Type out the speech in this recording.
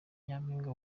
nyampinga